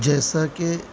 جیسا کہ